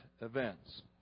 events